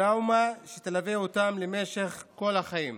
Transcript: טראומה שתלווה אותם למשך כל החיים.